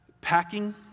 packing